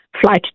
flight